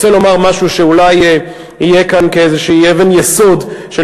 רוצה לומר משהו שאולי יהיה כאן כאיזושהי אבן יסוד של